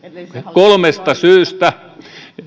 kolmesta syystä